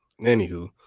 Anywho